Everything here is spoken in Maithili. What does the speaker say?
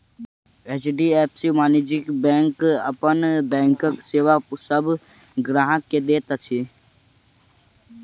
एच.डी.एफ.सी वाणिज्य बैंक अपन बैंकक सेवा सभ ग्राहक के दैत अछि